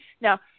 Now